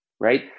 right